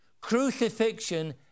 Crucifixion